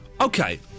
Okay